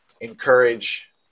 encourage